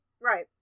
right